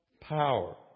power